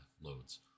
loads